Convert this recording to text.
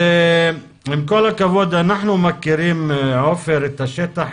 עם כל הכבוד, עופר, אנחנו מכירים את השטח